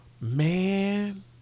Man